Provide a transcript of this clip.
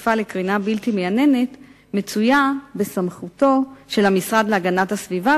חשיפה לקרינה בלתי מייננת מצויה בסמכותו של המשרד להגנת הסביבה,